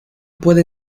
puede